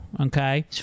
okay